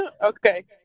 Okay